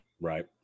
Right